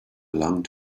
long